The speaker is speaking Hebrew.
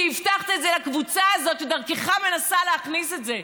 כי הבטחת את זה לקבוצה הזאת שדרכך מנסה להכניס את זה.